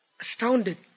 astounded